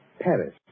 Paris